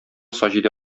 саҗидә